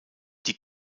die